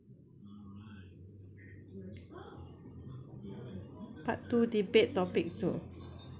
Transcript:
part two debate topic two